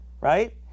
right